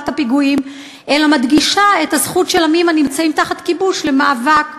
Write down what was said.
הפיגועים אלא מדגישה את הזכות של עמים הנמצאים תחת כיבוש למאבק,